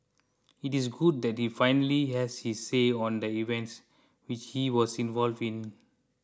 it is good that he finally has his say on the events which he was involved in